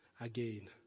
again